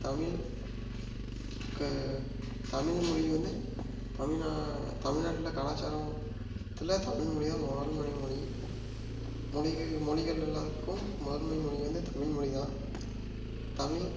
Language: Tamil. தமிழ் தமிழ் மொழி வந்து தமிழ் தமிழ்நாட்ல கலாச்சாரத்தில் தமிழ் மொழி தான் முதன்மை மொழி மொழிகளில் மொழிகள் எல்லாத்துக்கும் முதன்மை மொழி வந்து தமிழ் மொழி தான் தமிழ்